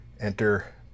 enter